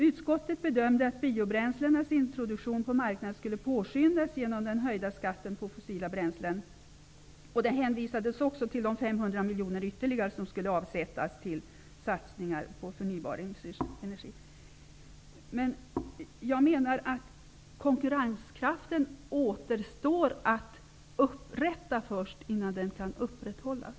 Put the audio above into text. Utskottet bedömde att biobränslenas introduktion på marknaden skulle påskyndas genom den höjda skatten på fossila bränslen. Det hänvisades också till att ytterligare 500 miljoner kronor skulle avsättas till satsningar på förnybar energi. Jag menar att biobränslenas konkurrenskraft återstår att upprätta, först därefter kan den upprätthållas.